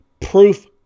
Proof